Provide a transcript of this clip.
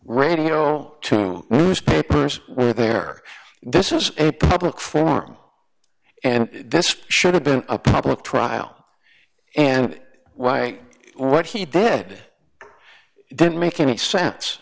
radio to newspapers were there this is a public forum and this should have been a public trial and why what he did didn't make any sense